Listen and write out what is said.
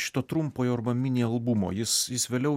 šito trumpojo arba mini albumo jis jis vėliau